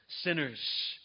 sinners